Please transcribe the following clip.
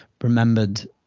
remembered